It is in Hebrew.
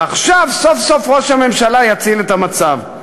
ועכשיו סוף-סוף ראש הממשלה יציל את המצב.